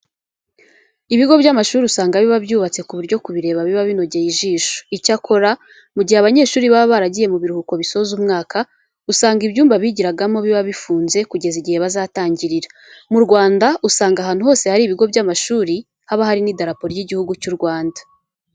Ibigo by'amashuri usanga biba byubatse ku buryo ku bireba biba binogeye ijisho. Icyakora, mu gihe abanyeshuri baba baragiye mu biruhuko bisoza umwaka, usanga ibyumba bigiragamo biba bifunze kugera igihe bazatangirira. Mu Rwanda usanga ahantu hose hari ibigo by'amashuri haba hari n'idarapo ry'Igihugu cy'u Rwanda.